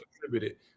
contributed